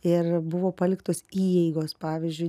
ir buvo paliktos įeigos pavyzdžiui